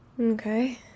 Okay